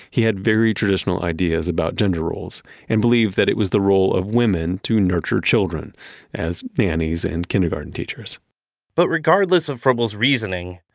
he had very traditional ideas about gender roles and believed that it was the role of women to nurture children as nannies and kindergarten teachers but regardless of froebel's reasoning,